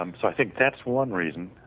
um so i think that's one reason.